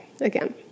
again